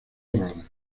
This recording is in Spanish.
bárbara